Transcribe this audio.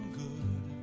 good